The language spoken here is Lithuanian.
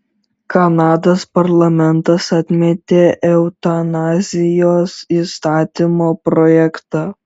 kanados parlamentas atmetė eutanazijos įstatymo projektą